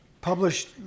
published